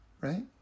right